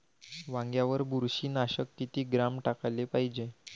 वांग्यावर बुरशी नाशक किती ग्राम टाकाले पायजे?